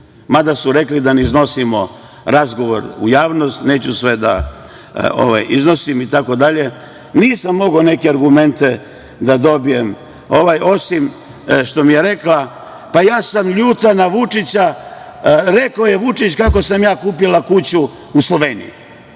Mada su rekli da ne iznosimo razgovor u javnost, neću sve da iznosim, itd. Nisam mogao neke argumente da dobijem, osim što mi je rekla, pa, ja sam ljuta na Vučića, rekao je Vučić kako sam ja kupila kuću u Sloveniji,